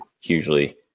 hugely